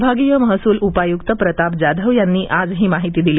विभागीय महसूल उपाय्क्त प्रताप जाधव यांनी आज ही माहिती दिली